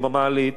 או במעלית,